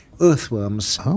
earthworms